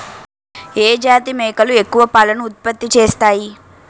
ఏ జాతి మేకలు ఎక్కువ పాలను ఉత్పత్తి చేస్తాయి?